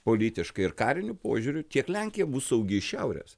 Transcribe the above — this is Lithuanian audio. politiškai ir kariniu požiūriu tiek lenkija bus saugi iš šiaurės